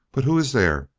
but who is there,